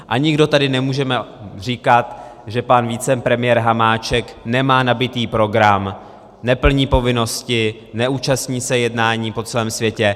A nikdo tady nemůžeme říkat, že pan vicepremiér Hamáček nemá nabitý program, neplní povinnosti, neúčastní se jednání po celém světě.